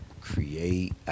create